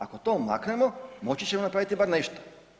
Ako to odmaknemo moći ćemo napraviti bar nešto.